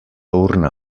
urna